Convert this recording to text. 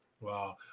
Wow